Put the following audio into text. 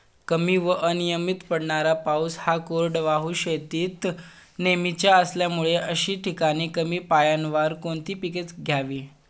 कमी व अनियमित पडणारा पाऊस हा कोरडवाहू शेतीत नेहमीचा असल्यामुळे अशा ठिकाणी कमी पाण्यावर कोणती पिके घ्यावी?